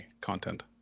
content